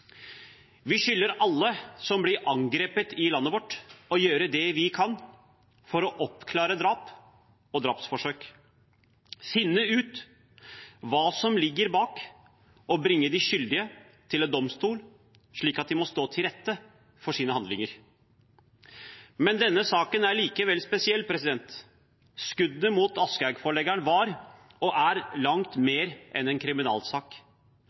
Vi skylder alle som blir angrepet i landet vårt, å gjøre det vi kan for å oppklare drap og drapsforsøk – finne ut hva som ligger bak, og bringe de skyldige til en domstol, slik at de må stå til rette for sine handlinger. Men denne saken er likevel spesiell. Skuddene mot Aschehoug-forleggeren var og er langt mer enn en